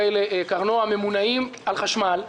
ממונעים על חשמל,